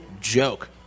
joke